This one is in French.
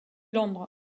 londres